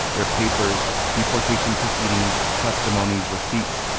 their papers deportation proceedings, testimonies, receipts,